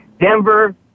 Denver